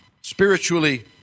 spiritually